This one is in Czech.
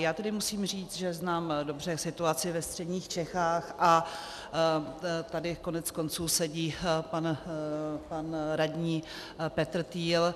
Já tedy musím říct, že znám dobře situaci ve středních Čechách, a tady koneckonců sedí pan radní Petrtýl.